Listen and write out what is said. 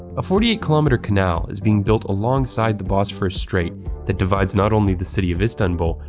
a forty eight km canal is being built alongside the bosphorous strait that divides not only the city of istanbul,